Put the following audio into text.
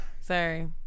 Sorry